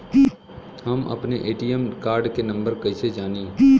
हम अपने ATM card के नंबर कइसे जानी?